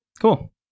Cool